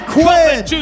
Quinn